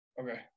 Okay